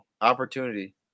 Opportunity